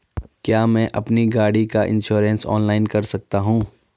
क्या मैं अपनी गाड़ी का इन्श्योरेंस ऑनलाइन कर सकता हूँ?